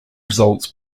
results